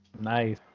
Nice